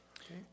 Okay